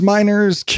Miners